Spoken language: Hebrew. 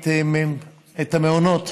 את המעונות